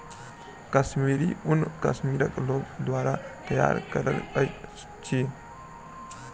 कश्मीरी ऊन कश्मीरक लोक द्वारा तैयार कयल जाइत अछि